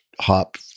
hop